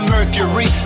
Mercury